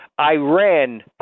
Iran